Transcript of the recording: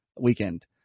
weekend